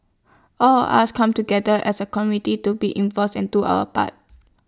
all of us come together as A community to be involves and do our part